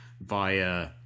via